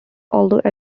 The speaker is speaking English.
although